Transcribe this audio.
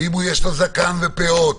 אם יש לו זקן ופאות,